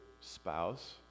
spouse